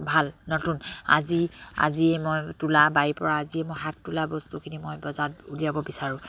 ভাল নতুন আজি আজিয়ে মই তোলা বাৰীৰ পৰা আজিয়ে মই শাক তোলা বস্তুখিনি মই বজাৰত উলিয়াব বিচাৰোঁ